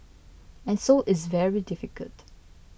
and so it's very difficult